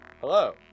Hello